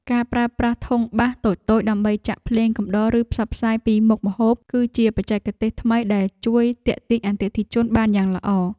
ការប្រើប្រាស់ធុងបាសតូចៗដើម្បីចាក់ភ្លេងកំដរឬផ្សព្វផ្សាយពីមុខម្ហូប គឺជាបច្ចេកទេសថ្មីដែលជួយទាក់ទាញអតិថិជនបានយ៉ាងល្អ។